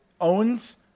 owns